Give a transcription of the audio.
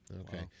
okay